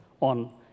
on